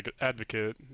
Advocate